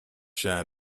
share